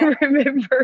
remember